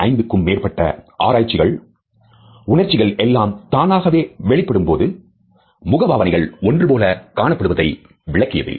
75 க்கும் மேற்பட்ட ஆராய்ச்சிகள் உணர்ச்சிகள் எல்லாம் தானாக வெளிப்படும்போது முகபாவனைகள் ஒன்றுபோல காணப்படுவதை விளக்கியது